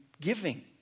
giving